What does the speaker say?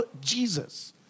Jesus